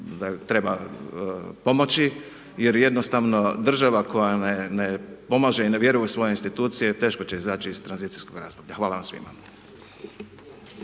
ju treba pomoći jer jednostavno država koja ne pomaže i ne vjeruje u svoje institucije, teško će izaći iz tranzicijskog razdoblja. Hvala vam svima.